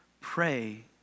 pray